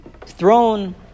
throne